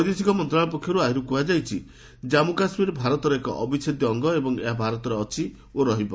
ବୈଦେଶିକ ମନ୍ତ୍ରଣାଳୟ ପକ୍ଷରୁ ଆହୁରି କୁହାଯାଇଛି ଯେ ଜାମ୍ମୁ କାଶ୍ମୀର ଭାରତର ଏକ ଅବିଚ୍ଛେଦ୍ୟ ଅଙ୍ଗ ଏବଂ ଏହା ଭାରତରେ ଅଛି ଓ ରହିବ